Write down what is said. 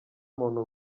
muntu